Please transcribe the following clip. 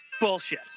bullshit